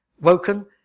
woken